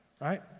right